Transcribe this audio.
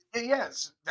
Yes